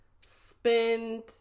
spend